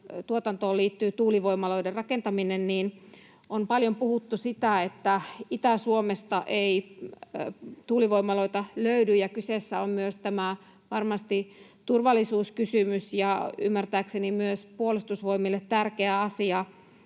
tuotantoon liittyy tuulivoimaloiden rakentaminen, niin on paljon puhuttu sitä, että Itä-Suomesta ei tuulivoimaloita löydy. Kyseessä on myös varmasti turvallisuuskysymys ja ymmärtääkseni myös Puolustusvoimille tärkeä asia